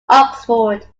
oxford